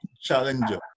Challenger